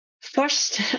First